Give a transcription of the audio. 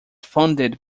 funded